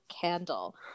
candle